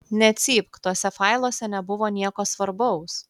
necypk tuose failuose nebuvo nieko svarbaus